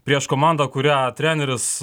prieš komandą kurią treneris